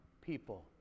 people